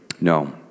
No